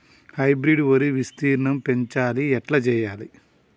Hybrid వరి విస్తీర్ణం పెంచాలి ఎట్ల చెయ్యాలి?